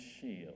shield